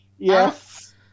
Yes